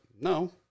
no